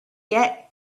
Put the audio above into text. yet